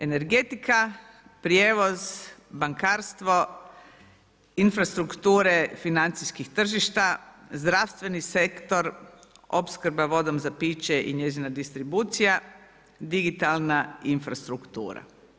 Energetika, prijevoz, bankarstvo, infrastrukture financijskih tržišta, zdravstveni sektor, opskrba vodom za piće i njezina distribucija, digitalna infrastruktura.